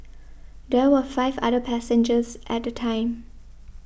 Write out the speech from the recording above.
there were five other passengers at the time